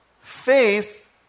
faith